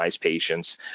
Patients